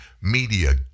media